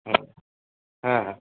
হ্যাঁ হ্যাঁ হ্যাঁ